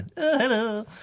hello